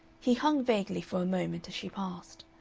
he hung vaguely for a moment as she passed.